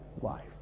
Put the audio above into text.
life